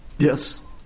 Yes